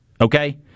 Okay